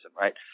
right